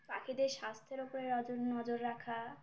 পাখিদের স্বাস্থ্যের ওপরে নজর নজর রাখা